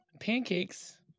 pancakes